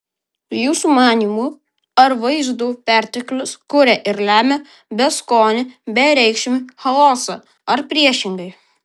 jūsų manymu ar vaizdų perteklius kuria ir lemia beskonį bereikšmį chaosą ar priešingai